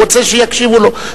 הוא רוצה שיקשיבו לו.